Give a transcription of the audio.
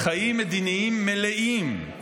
חיים מדיניים מלאים,